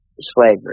slavery